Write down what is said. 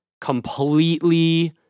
completely